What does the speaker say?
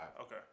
Okay